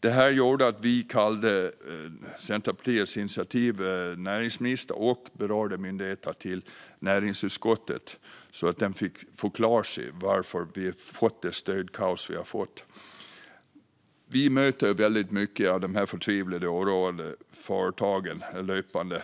Detta gjorde att näringsministern och berörda myndigheter på Centerpartiets initiativ kallades till näringsutskottet så att de fick förklara varför vi har fått det stödkaos som vi har fått. Vi möter löpande många av dessa förtvivlade och oroade företagare.